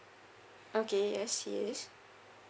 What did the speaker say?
okay yes he is